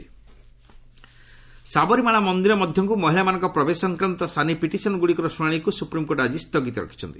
SC Sabarimala Sabarimala ମନ୍ଦିର ମଧ୍ୟକୁ ମହିଳାମାନଙ୍କ ପ୍ରବେଶ ସଂକ୍ରାନ୍ତ ସାନି ପିଟିସନ ଗୁଡ଼ିକର ଶୁଣାଶିକୁ ସୁପ୍ରିମକୋର୍ଟ ଆଜି ସ୍ଥଗିତ ରଖିଛନ୍ତି